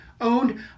owned